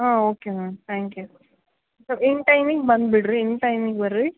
um okay ma'am thank you so in ಟೈಮಿಗೆ ಬಂದು ಬಿಡಿರಿ ಇನ್ ಟೈಮಿಗೆ ಬನ್ರಿ